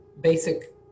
basic